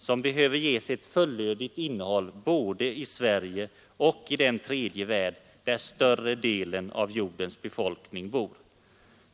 Den behöver ges ett fullödigt innehåll både i Sverige och i den tredje världen, där större delen av jordens befolkning bor.